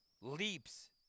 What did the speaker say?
leaps